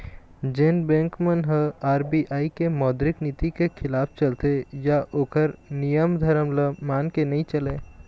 जेन बेंक मन ह आर.बी.आई के मौद्रिक नीति के खिलाफ चलथे या ओखर नियम धरम ल मान के नइ चलय